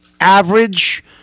average